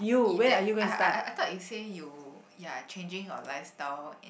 eat that I I I thought you say you ya changing your lifestyle and